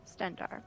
Stendar